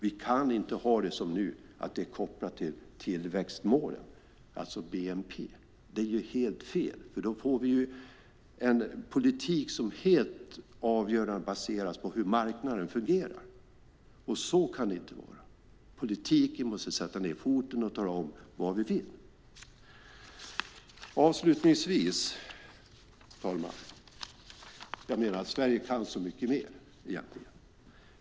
Vi kan inte ha det som nu, att den är kopplad till tillväxtmålen, alltså bnp. Det är ju helt fel, för då får vi en politik som helt baseras på hur marknaderna fungerar, och så kan det inte vara. Vi politiker måste sätta ned foten och tala om vad vi vill. Herr talman! Jag menar att Sverige kan så mycket mer.